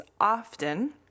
often